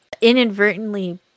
inadvertently